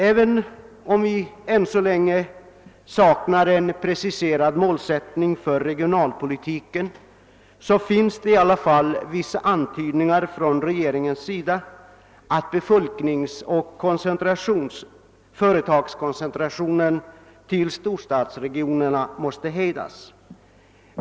Även om vi än så länge saknar en preciserad målsättning för regionalpolitiken finns det dock vissa antydningar från regeringens sida om att befolkningsoch företagskoncentrationen till storstadsregionerna måste hejdas.